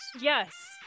Yes